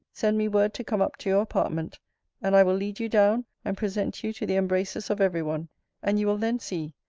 send me word to come up to your apartment and i will lead you down, and present you to the embraces of every one and you will then see,